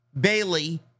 Bailey